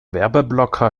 werbeblocker